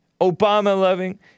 Obama-loving